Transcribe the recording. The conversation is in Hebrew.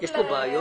בעד